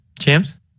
Champs